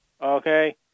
Okay